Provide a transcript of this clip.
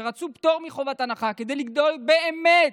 כדי לדאוג באמת